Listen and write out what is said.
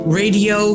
radio